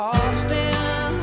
Austin